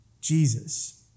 Jesus